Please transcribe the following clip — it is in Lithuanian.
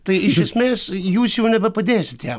tai iš esmės jūs jau nebepadėsit jam